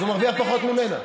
אז הוא מרוויח פחות ממנה.